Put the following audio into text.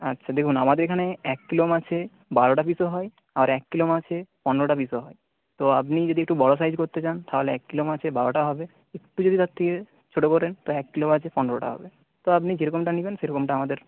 আচ্ছা দেখুন আমাদের এখানে এক কিলো মাছে বারোটা পিসও হয় আর এক কিলো মাছে পনেরোটা পিসও হয় তো আপনি যদি একটু বড়ো সাইজ করতে চান তাহলে এক কিলো মাছে বারোটা হবে একটু যদি তার থেকে ছোটো করেন তো এক কিলো মাছে পনেরোটা হবে তো আপনি যেরকমটা নিবেন সেরকমটা আমাদের